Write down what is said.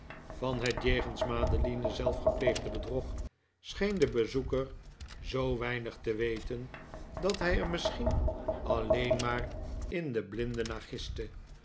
van het jegens madeline zelf gepleegde bedrog scheen de bezoeker zoo weinig te weten dat hij er misschien alleen maar in den blinde